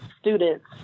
students